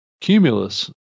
Cumulus